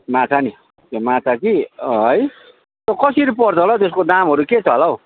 माछा नि माछा कि है कसरी पर्छ होला हौ त्यसको दामहरू के छ होला हौ